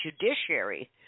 judiciary